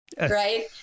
Right